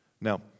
Now